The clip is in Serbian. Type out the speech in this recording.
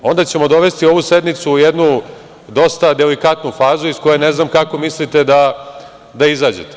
Onda ćemo dovesti ovu sednicu u jednu dosta delikatnu fazu iz koje ne znam kako mislite da izađete.